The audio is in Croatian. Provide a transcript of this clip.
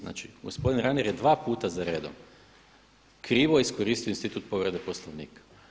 Znači gospodin Reiner je dva puta za redom krivo iskoristio institut povrede Poslovnika.